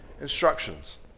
instructions